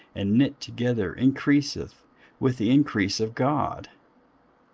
and knit together, increaseth with the increase of god.